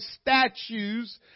statues